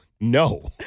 No